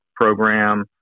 program